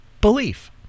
belief